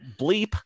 bleep